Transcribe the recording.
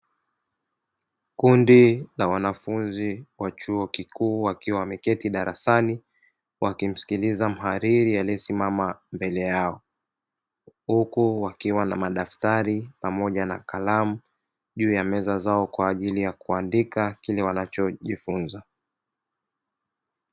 Kundi la wanafunzi wa chuo kikuu wakiwa wameketi darasani wakimsikiliza mhariri aliyesimama mbele yao. Huku wakiwa na madaftari pamoja na kalamu juu ya meza zao kwa ajili ya kuandika kile wanachojifunza.